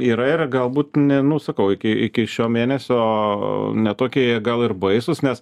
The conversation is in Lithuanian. yra ir galbūt ne nu sakau iki iki šio mėnesio ne tokie jie gal ir baisūs nes